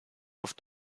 auf